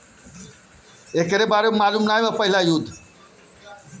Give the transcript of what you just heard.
पहिला विश्व युद्ध के दौरान खुदरा निवेशक लोग खातिर युद्ध बांड उपलब्ध रहे